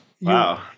Wow